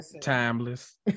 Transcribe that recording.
timeless